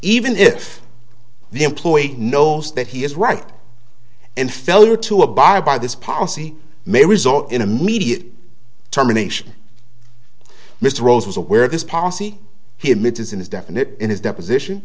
even if the employee knows that he is right and failure to abide by this policy may result in immediate termination mr rose was aware of this policy he admitted in his definition in his deposition